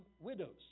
widows